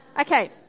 Okay